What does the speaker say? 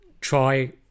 Try